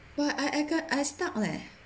but I I I got I stuck leh